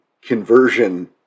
Conversion